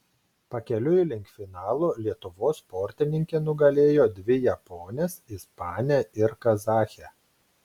pakeliui link finalo lietuvos sportininkė nugalėjo dvi japones ispanę ir kazachę